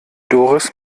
doris